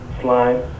Slime